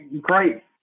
great